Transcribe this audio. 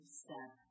step